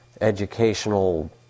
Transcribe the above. educational